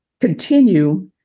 continue